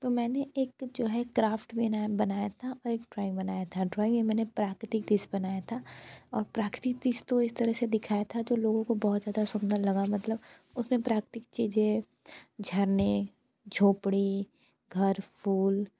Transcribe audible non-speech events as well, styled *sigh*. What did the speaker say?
तो मैंने एक जो है क्राफ़्ट में *unintelligible* बनाया था और एक ड्रॉइंग बनाया था ड्रॉइंग में मैंने प्राकृतिक दृश्य बनाया था और प्राकृतिक दृश्य तो इस तरह से दिखाया था जो लोगों को बहुत ज़्यादा सुंदर लगा मतलब उतने प्राकृतिक चीज़ें झरने झोपड़ी घर फूल